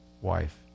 wife